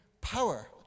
power